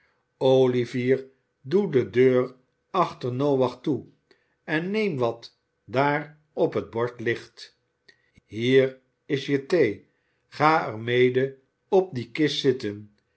olivier doe de deur achter noach toe en neem wat daar op dat bord ligt hier is je thee ga er mede op die kist zitten